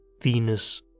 Venus